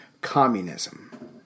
communism